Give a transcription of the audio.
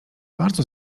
bardzo